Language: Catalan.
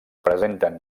presenten